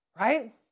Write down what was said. right